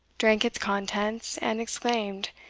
drank its contents, and exclaimed,